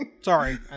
Sorry